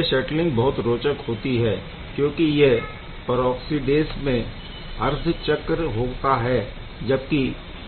यह शटलिंग बहुत रोचक होता है क्योंकि यह परऑक्सीडेस में अर्ध चक्र होता है जबकि